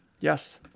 Yes